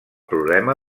problema